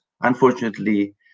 unfortunately